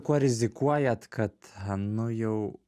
kuo rizikuojat kad nu jau